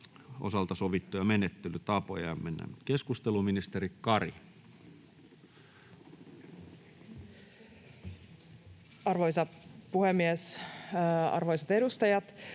osalta sovittuja menettelytapoja. Mennään keskusteluun. — Ministeri Kari. Arvoisa puhemies! Arvoisat edustajat!